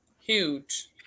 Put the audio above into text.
huge